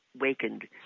wakened